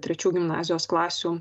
trečių gimnazijos klasių